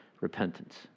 repentance